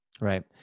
Right